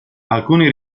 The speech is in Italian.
alcuni